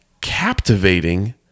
captivating